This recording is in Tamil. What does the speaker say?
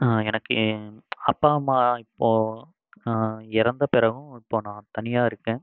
எனக்கு எ அப்பா அம்மா இப்போது இறந்த பிறகும் இப்போது நான் தனியாக இருக்கேன்